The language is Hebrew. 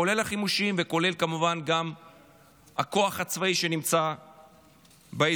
כולל החימושים וכמובן כולל הכוח הצבאי שנמצא באזור.